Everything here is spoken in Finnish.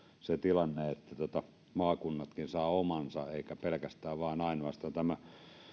se tilanne että maakunnatkin saavat omansa eikä pelkästään vain ja ainoastaan tämä